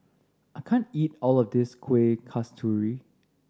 I can't eat all of this Kueh Kasturi